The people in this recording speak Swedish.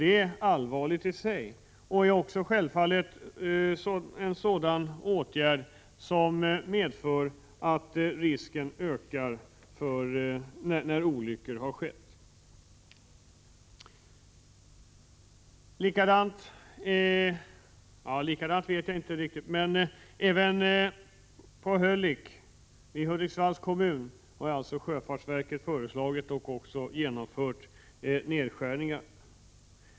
Det är allvarligt i sig och är självfallet en sådan åtgärd som medför ökade risker när olyckor inträffar. Även på Hölicks lotsplats i Hudiksvalls kommun har sjöfartsverket föreslagit och också genomfört nedskärningar.